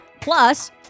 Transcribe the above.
Plus